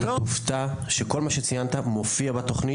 אתה תופתע שכל מה שציינת מופיע בתכנית